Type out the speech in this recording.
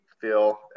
Phil